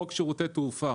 חוק שירותי תעופה,